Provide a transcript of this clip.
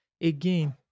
again